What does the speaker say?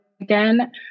again